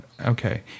Okay